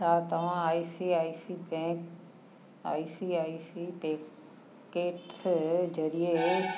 छा तव्हां I C I C bank I C I C packets ज़रिए